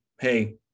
hey